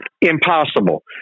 impossible